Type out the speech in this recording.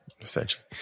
Essentially